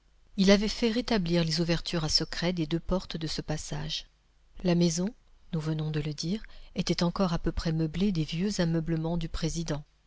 il avait fait rétablir les ouvertures à secret des deux portes de ce passage la maison nous venons de le dire était encore à peu près meublée des vieux ameublements du président